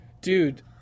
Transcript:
dude